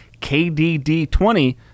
KDD20